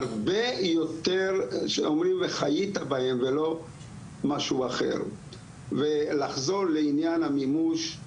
הרבה יותר שאומרים וחיית בהם ולא משהו אחר ולחזור לעניין המימוש,